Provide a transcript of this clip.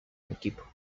equipo